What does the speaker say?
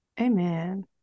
Amen